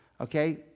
Okay